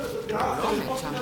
בסדר, דעה אחרת, תוך כדי הדיון.